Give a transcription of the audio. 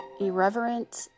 Irreverent